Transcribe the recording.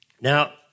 Now